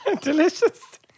Delicious